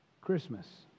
Christmas